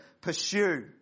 pursue